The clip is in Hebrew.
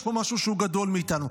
יש פה משהו שהוא גדול מאיתנו.